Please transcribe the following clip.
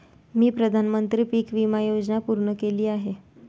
मी प्रधानमंत्री पीक विमा योजना पूर्ण केली आहे